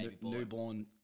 newborn